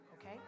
okay